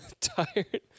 tired